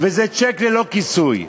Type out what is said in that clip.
וזה צ'ק ללא כיסוי?